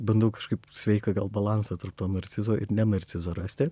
bandau kažkaip sveiką gal balansą tarp to narcizo ir nenarcizo rasti